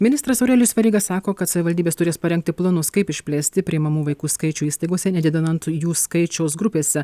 ministras aurelijus veryga sako kad savivaldybės turės parengti planus kaip išplėsti priimamų vaikų skaičių įstaigose nedidinant jų skaičiaus grupėse